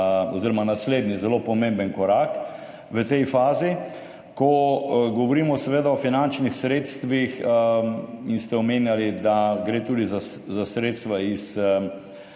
naslednji zelo pomemben korak v tej fazi. Ko govorimo seveda o finančnih sredstvih, ste omenjali, da gre tudi za sredstva iz